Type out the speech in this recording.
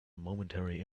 momentary